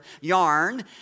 yarn